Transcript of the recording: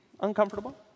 uncomfortable